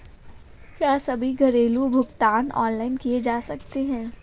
क्या सभी घरेलू भुगतान ऑनलाइन किए जा सकते हैं?